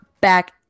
back